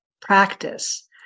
practice